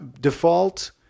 default